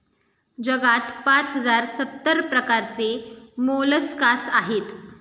जगात पाच हजार सत्तर प्रकारचे मोलस्कास आहेत